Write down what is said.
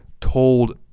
told